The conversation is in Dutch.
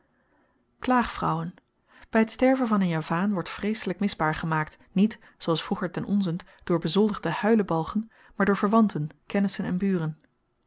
klaagvrouwen by t sterven van n javaan wordt vreeselyk misbaar gemaakt niet zooals vroeger ten onzent door bezoldigde huilebalgen maar door verwanten kennissen en buren